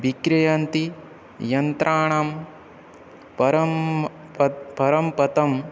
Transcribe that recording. विक्रियन्ते यन्त्राणां परं परं पतम्